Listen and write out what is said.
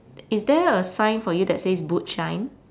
is there a sign for you that says boot shine